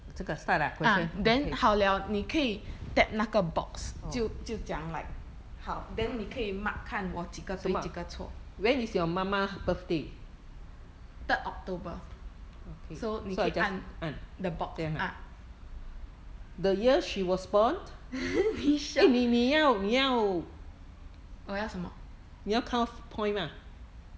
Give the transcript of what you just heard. ah then 好了你可以 tap 那个 box 就就讲 like 好 then 你可以 mark 看我几个对几个错 third october so 你可以按 the box ah 你 sure 我要什么